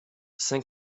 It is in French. saint